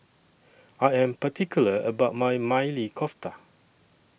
I Am particular about My Maili Kofta